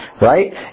right